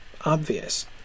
obvious